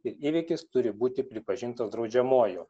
ir įvykis turi būti pripažintas draudžiamuoju